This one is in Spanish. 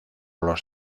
los